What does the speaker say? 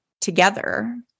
together